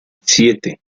siete